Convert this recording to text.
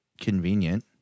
convenient